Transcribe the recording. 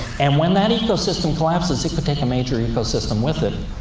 and when that ecosystem collapses, it could take a major ecosystem with it,